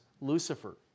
Lucifer